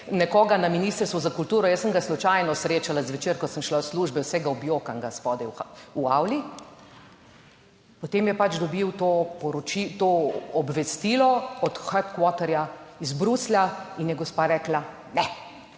nekoga na Ministrstvu za kulturo, jaz sem ga slučajno srečala zvečer, ko sem šla iz službe, vsega objokanega spodaj v avli, potem je pač dobil to poročilo, to obvestilo od "headquarterja" iz Bruslja, in je gospa rekla, "Ne,